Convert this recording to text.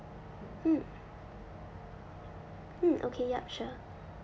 mm mm okay yup sure